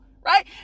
right